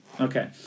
Okay